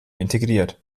integriert